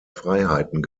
freiheiten